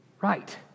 right